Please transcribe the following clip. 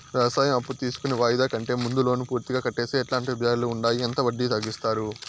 వ్యవసాయం అప్పు తీసుకొని వాయిదా కంటే ముందే లోను పూర్తిగా కట్టేస్తే ఎట్లాంటి ఉపయోగాలు ఉండాయి? ఎంత వడ్డీ తగ్గిస్తారు?